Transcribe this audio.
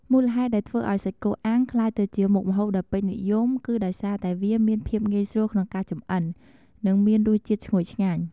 មូលហេតុដែលធ្វើឱ្យសាច់គោអាំងក្លាយទៅជាមុខម្ហូបដ៏ពេញនិយមគឺដោយសារតែវាមានភាពងាយស្រួលក្នុងការចម្អិន និងមានរសជាតិឈ្ងុយឆ្ងាញ់។